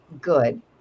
Good